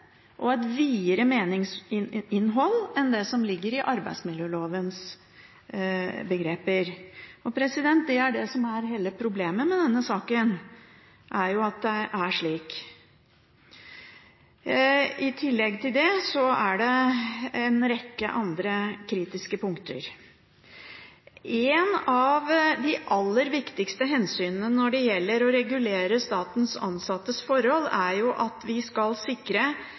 og et videre meningsinnhold enn det som ligger i arbeidsmiljølovens begreper. Det er det som er hele problemet med denne saken, at det er slik. I tillegg til det er det en rekke andre kritiske punkter. Et av de aller viktigste hensynene når det gjelder å regulere statens ansattes forhold, er at vi skal sikre